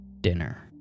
dinner